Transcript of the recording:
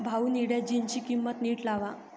भाऊ, निळ्या जीन्सची किंमत नीट लावा